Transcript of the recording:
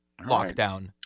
lockdown